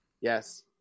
Yes